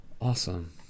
awesome